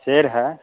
शेर है